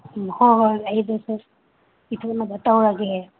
ꯎꯝ ꯍꯣ ꯍꯣꯏ ꯑꯩ ꯑꯗꯨꯁꯨ ꯄꯤꯊꯣꯛꯅꯕ ꯇꯧꯔꯒꯦ